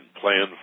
plan